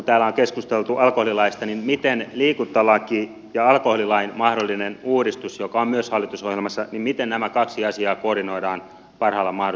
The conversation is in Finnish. täällä on keskusteltu alkoholilaista miten liikuntalaki ja alkoholilain mahdollinen uudistus joka on myös hallitusohjelmassa miten nämä kaksi asiaa koordinoidaan parhaalla mahdollisella tavalla